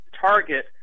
target